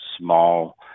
small